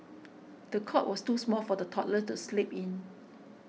the cot was too small for the toddler to sleep in